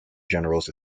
generals